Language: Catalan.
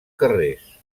carrers